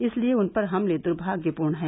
इसलिए उन पर हमले द्भाग्यपूर्ण हैं